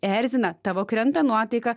erzina tavo krenta nuotaika